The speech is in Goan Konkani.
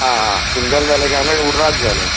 आं हां सिंगल जालें काय ना मागीर हुराक्क जालें